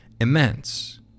immense